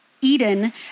Eden